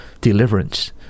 deliverance